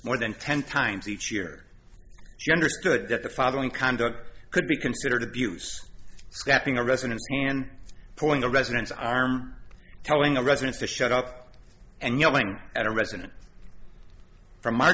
more than ten times each year she understood that the following conduct could be considered abuse stepping a resident and pulling the residents arm telling the residents to shut up and yelling at a resident from m